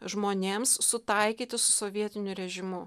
žmonėms sutaikyti su sovietiniu režimu